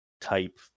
type